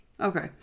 Okay